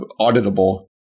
auditable